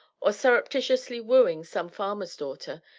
or surreptitiously wooing some farmer's daughter,